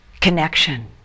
connection